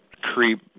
creep